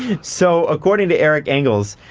so according to eric engels,